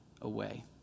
away